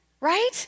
right